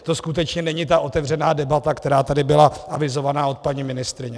To skutečně není ta otevřená debata, která tady byla avizována od paní ministryně.